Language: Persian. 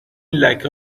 لکه